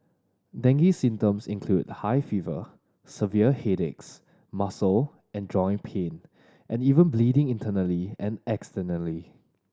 dengue symptoms include high fever severe headaches muscle and joint pain and even bleeding internally and externally